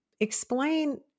Explain